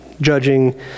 judging